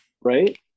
Right